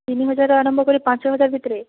ତିନି ହଜାରରୁ ଆରମ୍ଭ କରି ପାଞ୍ଚ ହଜାର ଭିତରେ